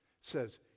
says